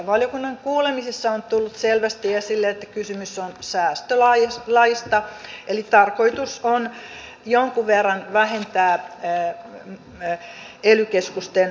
valiokunnan kuulemisissa on tullut selvästi esille että kysymys on säästölaista eli tarkoitus on jonkun verran vähentää ely keskusten työmäärää